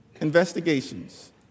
investigations